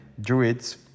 druids